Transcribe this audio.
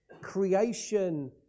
creation